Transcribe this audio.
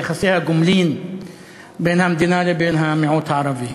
ביחסי הגומלין בין המדינה לבין המיעוט הערבי.